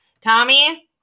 Tommy